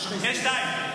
יש לי שתיים.